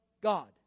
God